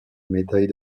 médaille